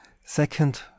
Second